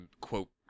quote